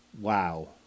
wow